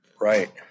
Right